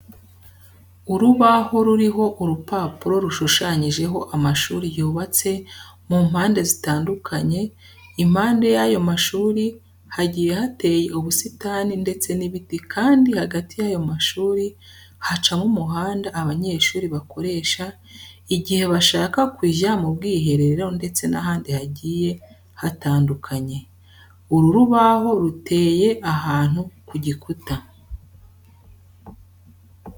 Urubaho ruriho urupapuro rushushanyijeho amashuri yubatse mu mpande zitandukanye, impande y'ayo mashuri hagiye hateye ubusitani ndetse n'ibiti kandi hagati y'ayo mashuri hacamo umuhanda abanyeshuri bakoresha igihe bashaka kujya mu bwiherero ndetse n'ahandi hagiye hatandukanye. Uru rubaho ruteye ahantu ku gikuta.